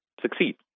succeed